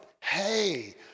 hey